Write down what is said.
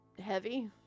heavy